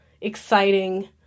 exciting